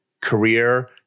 career